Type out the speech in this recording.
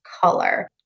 color